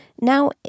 Now